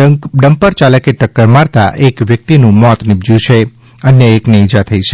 dumper ચાલકે ટક્કર મારતા એક વ્યક્તિનું મોત નિપજયું છે અન્ય એકને ઇજા થઇ છે